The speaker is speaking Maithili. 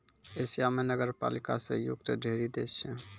एशिया म नगरपालिका स युक्त ढ़ेरी देश छै